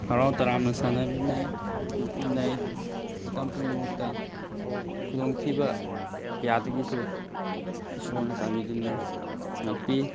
ꯍꯔꯥꯎ ꯇꯥꯔꯥꯝꯅ ꯁꯥꯟꯅꯃꯤꯟꯅꯩ ꯅꯣꯛꯃꯤꯟꯅꯩ ꯃꯇꯝ ꯄꯨꯝꯅꯃꯛꯇ ꯈꯨꯗꯣꯡꯊꯤꯕ ꯀꯌꯥꯗꯒꯤꯁꯨ ꯏꯁꯣꯔꯅ ꯆꯥꯟꯕꯤꯗꯨꯅ ꯉꯥꯛꯄꯤ